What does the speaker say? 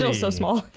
so so small.